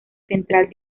central